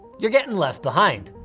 you're getting left behind.